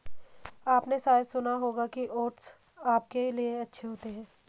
आपने शायद सुना होगा कि ओट्स आपके लिए अच्छे होते हैं